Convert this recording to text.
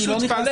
אנחנו לא נכנסים